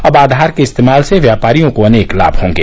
अब आधार के इस्तेमाल से व्यापारियों को अनेक लाम होंगे